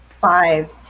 five